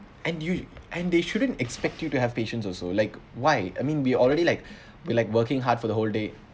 and you and they shouldn't expect you to have patience also like why I mean we already like we like working hard for the whole day